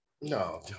No